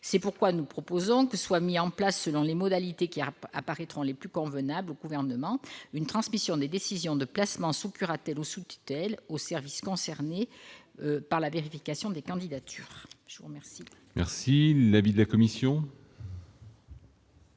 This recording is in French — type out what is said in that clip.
C'est pourquoi nous proposons que soit mise en place, selon les modalités qui apparaîtront les plus convenables au Gouvernement, une transmission des décisions de placement sous curatelle ou sous tutelle aux services concernés par la vérification des candidatures. Quel est l'avis de la commission